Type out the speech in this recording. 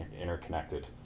interconnected